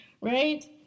Right